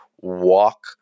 walk